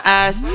eyes